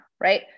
right